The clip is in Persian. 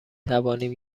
توانیم